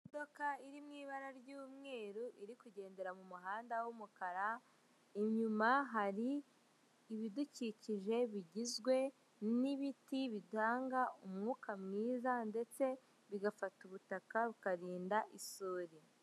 Imodoka iri mu ibara ry'umweru iri kugendera mu muhanda w'umukara, inyuma hari ibidukikije bigizwe n'ibiti bitanga umwuka mwiza ndetse bigafata ubutaka bikarinda isuri.